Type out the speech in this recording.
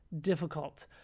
difficult